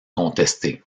contesté